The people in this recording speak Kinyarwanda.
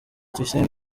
tuyisenge